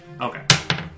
Okay